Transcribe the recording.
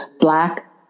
black